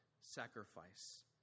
sacrifice